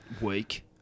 week